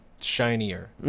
shinier